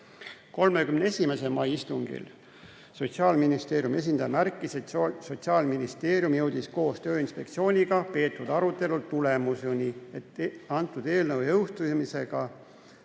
31. mai istungil Sotsiaalministeeriumi esindaja märkis, et Sotsiaalministeerium jõudis koos Tööinspektsiooniga peetud arutelul tulemuseni, et eelnõu jõustumise